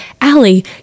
allie